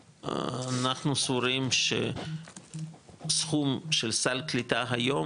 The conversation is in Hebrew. אנחנו סבורים שסכום של סל קליטה היום,